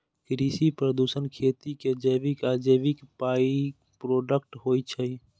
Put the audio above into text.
कृषि प्रदूषण खेती के जैविक आ अजैविक बाइप्रोडक्ट होइ छै